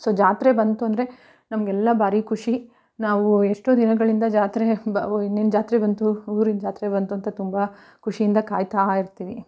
so ಜಾತ್ರೆ ಬಂತು ಅಂದರೆ ನಮಗೆಲ್ಲ ಭಾರೀ ಖುಷಿ ನಾವು ಎಷ್ಟೋ ದಿನಗಳಿಂದ ಜಾತ್ರೆ ಬ ಇನ್ನೇನು ಜಾತ್ರೆ ಬಂತು ಊರಿನ ಜಾತ್ರೆ ಬಂತು ಅಂತ ತುಂಬ ಖುಷಿಯಿಂದ ಕಾಯ್ತಾಯಿರ್ತಿವಿ